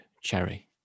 Cherry